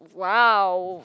!wow!